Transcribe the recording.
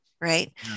Right